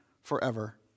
forever